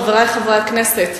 חברי חברי הכנסת,